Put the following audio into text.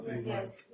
Yes